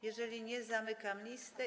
Jeżeli nie, zamykam listę.